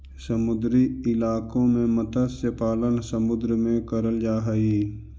समुद्री इलाकों में मत्स्य पालन समुद्र में करल जा हई